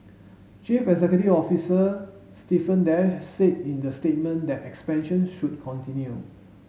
chief executive officer Stephen Dash said in the statement that expansion should continue